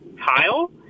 tile